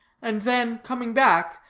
and then, coming back,